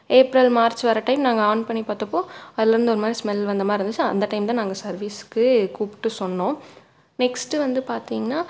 April March வர்ற time நாங்கள் on பண்ணி பார்த்தப்போ அதிலருந்து ஒரு மாதிரி ஸ்மெல் வந்த மாதிரி இருந்துச்சு அந்த டைம் தான் நாங்கள் சர்வீஸ்க்கு கூப்பிட்டு சொன்னோம் நெக்ஸ்ட்டு வந்து பார்த்தீங்கனா